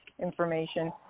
information